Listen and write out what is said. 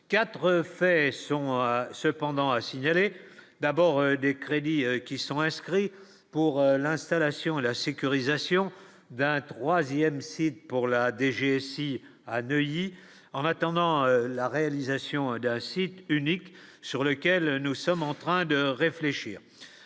4 faits sont cependant à signaler d'abord des crédits qui sont inscrits pour l'installation et la sécurisation d'un 3ème site pour la DGSI à Neuilly, en attendant la réalisation d'un site unique sur lequel nous sommes en train de réfléchir